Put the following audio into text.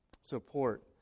support